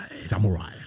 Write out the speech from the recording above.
samurai